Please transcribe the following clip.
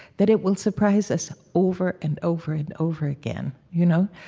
that it will surprise us over and over and over again. you know?